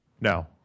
No